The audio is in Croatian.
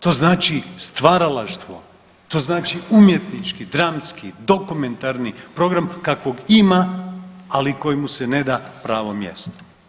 To znači stvaralaštvo, to znači umjetnički, dramski, dokumentarni program kakvog ima, ali kojemu se ne da pravo mjesto.